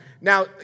Now